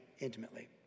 intimately